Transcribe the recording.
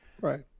Right